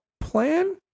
plan